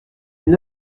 une